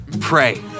pray